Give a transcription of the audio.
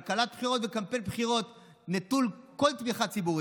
כלכלת בחירות וקמפיין בחירות נטול כל תמיכה ציבורית.